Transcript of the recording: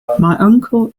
uncle